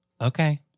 Okay